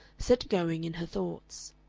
set going in her thoughts.